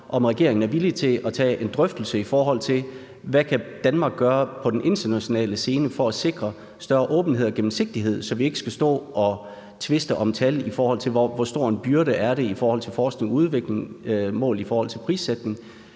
om regeringen er villig til at tage en drøftelse, i forhold til hvad Danmark kan gøre på den internationale scene for at sikre større åbenhed og gennemsigtighed, så vi ikke skal stå og have en tvist om tal, i forhold til hvor stor en byrde det er i forbindelse med forskning og udvikling målt i relation til prissætningen,